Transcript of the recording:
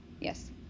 Yes